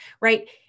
Right